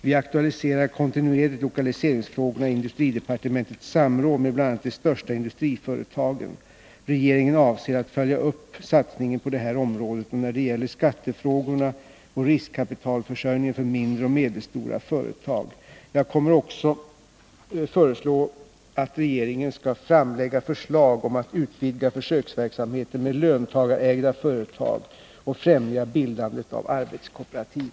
Vi aktualiserar kontinuerligt lokaliseringsfrågorna i industridepartementets samråd med bl.a. de största industriföretagen. Regeringen avser att följa upp satsningen på det här området samt när det gäller skattefrågorna och riskkapitalförsörjningen för mindre och medelstora företag. Jag kommer också att föreslå att regeringen skall framlägga förslag om att utvidga försöksverksamheten med löntagarägda företag och främja bildandet av arbetskooperativ.